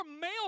male